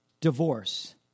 divorce